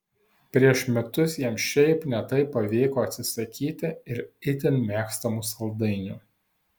prieš metus jam šiaip ne taip pavyko atsisakyti ir itin mėgstamų saldainių